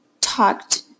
talked